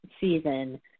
season